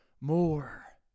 more